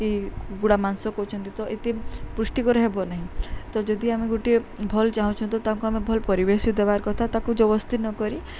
କୁକୁଡ଼ା ମାଂସ କହୁଛନ୍ତି ତ ଏତେ ପୃଷ୍ଟିକର ହେବ ନାହିଁ ତ ଯଦି ଆମେ ଗୋଟିଏ ଭଲ୍ ଚାହୁଁଛ ତ ତାଙ୍କୁ ଆମେ ଭଲ୍ ପରିବେଶ ଦେବାର୍ କଥା ତାକୁ ଜବରଦସ୍ତି ନକରି